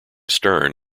stern